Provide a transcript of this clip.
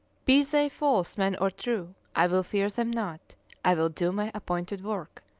be they false men or true, i will fear them not i will do my appointed work,